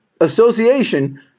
association